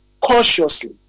cautiously